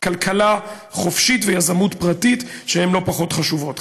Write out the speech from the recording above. כלכלה חופשית ויזמות פרטית, שהן לא פחות חשובות.